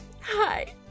Hi